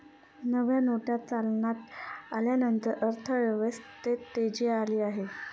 नव्या नोटा चलनात आल्यानंतर अर्थव्यवस्थेत तेजी आली आहे